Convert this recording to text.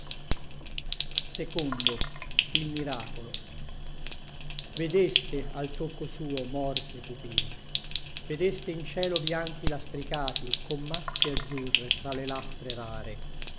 sue corone vedeste al tocco suo morte pupille vedeste in cielo bianchi lastricati con macchie azzurre tra le lastre rare